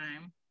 time